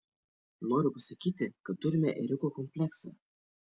noriu pasakyti kad turime ėriuko kompleksą